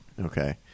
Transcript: Okay